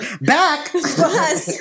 back